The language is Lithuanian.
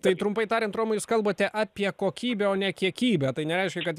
tai trumpai tariant romai jūs kalbate apie kokybę o ne kiekybę tai nereiškia kad